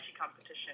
competition